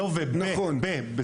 לא ו-; הפיתוח שבתוך החומש,